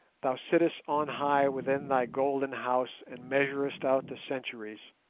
thou sittest on high within thy golden house and measurest out the centuries.